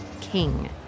King